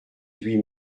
huit